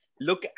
Look